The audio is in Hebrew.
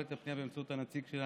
קיבלנו את הפנייה באמצעות הנציג שלנו,